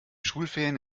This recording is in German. schulferien